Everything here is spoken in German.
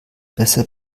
besser